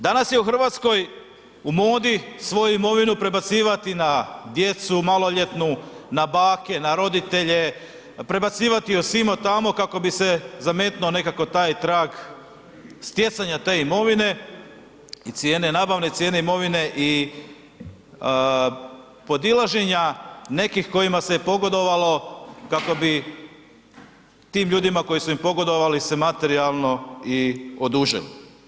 Danas je u RH u modi svoju imovinu prebacivati na djecu maloljetnu, na bake na roditelje, prebacivati ju simo, tamo kako bi se zametnuo nekako taj trag stjecanja te imovine i cijene, nabavne cijene imovine i podilaženja nekih kojima se pogodovalo kako bi tim ljudima koji su im pogodovali, se materijalno i odužili.